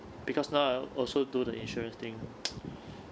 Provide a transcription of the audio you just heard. because now I also do the insurance thing